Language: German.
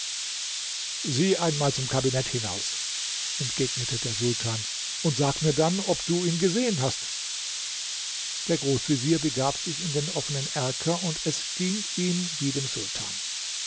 sieh einmal zum kabinett hinaus entgegnete der sultan und sag mir dann ob du ihn gesehen hast der großvezier begab sich in den offenen erker und es ging ihm wie dem sultan